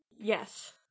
Yes